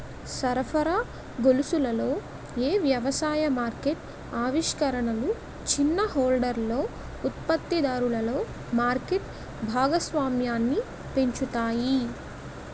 సరఫరా గొలుసులలో ఏ వ్యవసాయ మార్కెట్ ఆవిష్కరణలు చిన్న హోల్డర్ ఉత్పత్తిదారులలో మార్కెట్ భాగస్వామ్యాన్ని పెంచుతాయి?